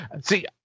See